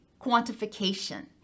quantification